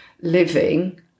living